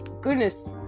goodness